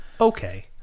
okay